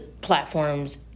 platforms